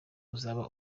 uzaba